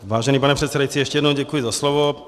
Vážený pane předsedající, ještě jednou děkuji za slovo.